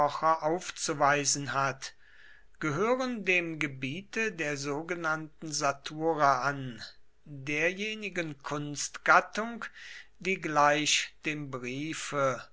aufzuweisen hat gehören dem gebiete der sogenannten satura an derjenigen kunstgattung die gleich dem briefe